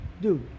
Dude